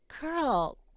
girl